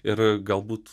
ir galbūt